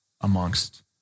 amongst